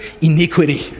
iniquity